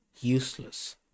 useless